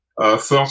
First